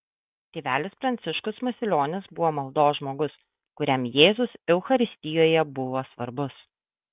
tėvelis pranciškus masilionis buvo maldos žmogus kuriam jėzus eucharistijoje buvo svarbus